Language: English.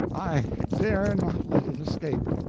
i dare not let it escape.